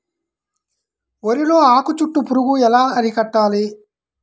వరిలో ఆకు చుట్టూ పురుగు ఎలా అరికట్టాలి?